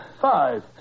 five